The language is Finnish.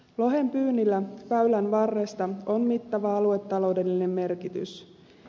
lohenpyynnillä väylän varresta on mittava aluetaloudellinen merkitys